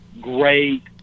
great